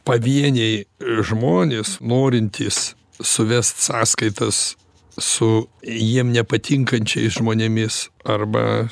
pavieniai žmonės norintys suvest sąskaitas su jiem nepatinkančiais žmonėmis arba